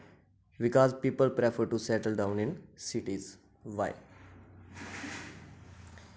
बिकास people prefer to settle down in cities Y